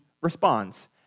responds